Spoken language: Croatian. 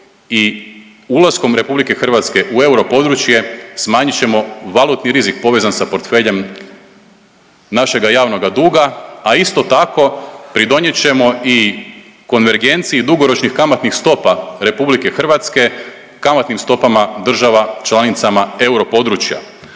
i ulaskom RH u europodručje, smanjit ćemo valutni rizik povezan sa portfeljem našega javnoga duga, a isto tako, pridonijet ćemo i konvergenciji dugoročnih kamatnih stopa RH kamatnim stopama država članicama europodručja.